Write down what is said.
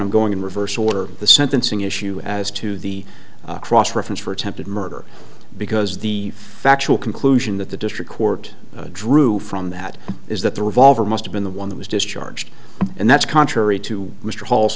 i'm going in reverse order the sentencing issue as to the cross reference for attempted murder because the factual conclusion that the district court drew from that is that the revolver must have been the one that was discharged and that's contrary to mr hall